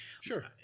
Sure